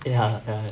ya